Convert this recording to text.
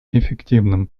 эффективным